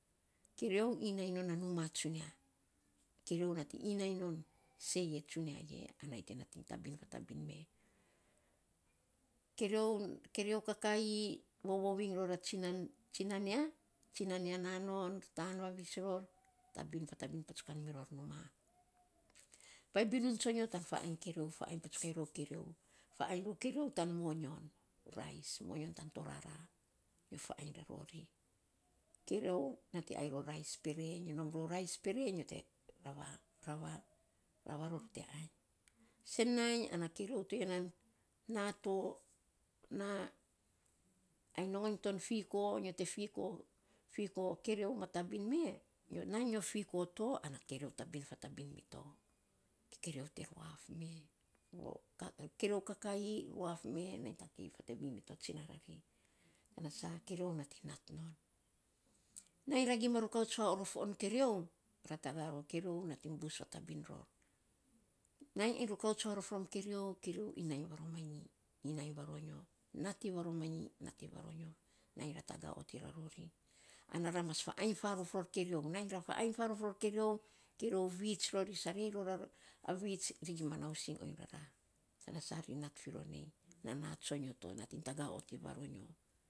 Keriou inainy non na numa tsunia. Keriou nating inainy non seiye tsunia e ana yei te nating na fatabin me. Keriou keriou kakaii vovou iny ror a tsunan ya, tsinan ya na non, tan vavis ror, tabin fatabin patsukan me ror numa. painy binun tsonyo tan faainy keriou, faainy patsukan rou keriou. Faainy rou keriou tan moyon. Rais moyon tan torara. Nyo faainy ra ro ri. Kerion nating ainy ror rais pere, nyo nom rou rais pere nyo te rava, rava, rava rou ri te ainy. Sen nainy ana kerion to ya nan na to na ai nongoiny ton fiko, nyo te fiko, fiko keriou ma tabin me nyo na nyo fiko to ana keriou tabin fatabin me to. Keriou te ruaf me, keriou kakaii ruaf me, nainy tagei fatabin mi ton tsina ra ri. Tana sa keriou nating nat non. Nainy ra gima rukouts farof non keriou, ra taga ror keriou nating bus fatbin ror. Nainy ainy rakouts farof keriou, keriou inainy va romanyi inainy va ro nyo nat iny va romanyi nat in va ro nyo. Nainy ra taga otiny ra rori. Ana ra mas faainy farof ror keriou. Nainy ra faainy farof ror keriou, keriou vits ror, ri sarei ror a vits ri gima nausing on rara, tana sari nat firor nei, nana tsonyo to, nating taga ot iny va ro nyo.